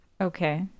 Okay